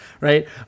right